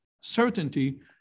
certainty